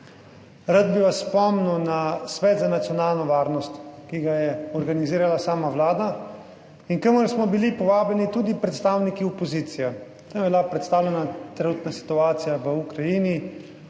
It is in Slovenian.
Rad bi vas spomnil na Svet za nacionalno varnost, ki ga je organizirala sama Vlada in kamor smo bili povabljeni tudi predstavniki opozicije. Tam je bila predstavljena trenutna situacija v Ukrajini,